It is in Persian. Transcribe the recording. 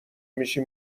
میشی